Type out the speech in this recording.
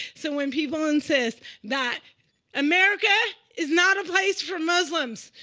so when people insist that america is not a place for muslims,